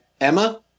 Emma